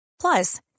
Plus